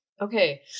Okay